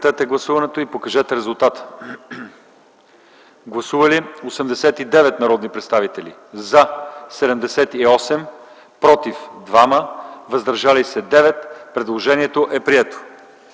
Предложението е прието.